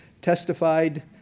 testified